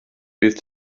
bydd